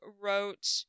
wrote